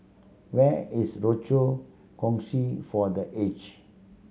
where is Rochor Kongsi for The Aged